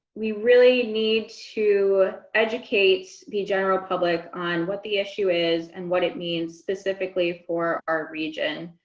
we really need to educate the general public on what the issue is and what it means specifically for our region.